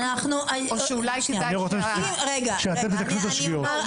אנחנו רוצים שאתם תתקנו את השגיאות.